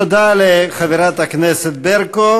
תודה לחברת הכנסת ברקו.